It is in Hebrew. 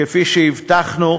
כפי שהבטחנו,